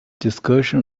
discussion